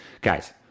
Guys